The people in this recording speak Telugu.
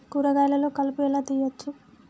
కూరగాయలలో కలుపు ఎలా తీయచ్చు?